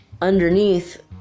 underneath